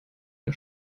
der